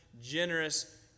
generous